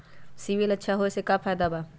CIBIL अच्छा होऐ से का फायदा बा?